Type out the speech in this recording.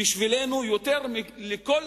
בשבילנו יותר מכל